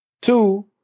Two